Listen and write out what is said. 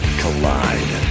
collide